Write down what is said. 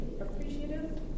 appreciative